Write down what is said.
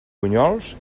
bunyols